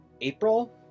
April